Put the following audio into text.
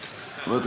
חברת